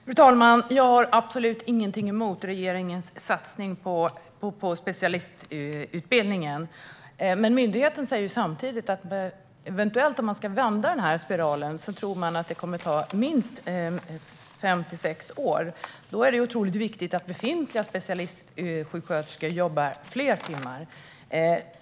Fru talman! Jag har absolut ingenting emot regeringens satsning på specialistutbildning, men samtidigt säger myndigheten att man tror att det kommer att ta minst fem sex år att vända spiralen. Då är det otroligt viktigt att befintliga specialistsjuksköterskor jobbar fler timmar.